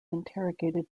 interrogated